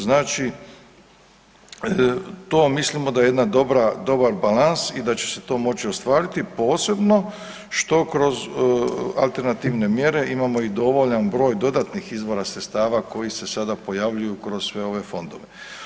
Znači to mislimo da je jedan dobar balans i da će se to moći ostvariti, posebno što kroz alternativne mjere imamo i dovoljan broj dodatnih izvora sredstava koji se sada pojavljuju kroz sve ove fondove.